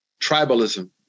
Tribalism